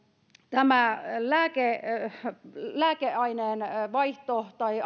tämä lääkeaineen vaihto tai